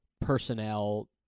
personnel